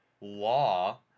law